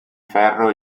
ferro